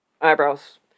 eyebrows